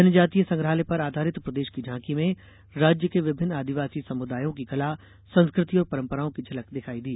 जनजातीय संग्रहालय पर आधारित प्रदेश की झांकी में राज्य के विभिन्न आदिवासी समुदायों की कला संस्कृति और पंरपराओं की झलक दिखायी दी